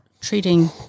treating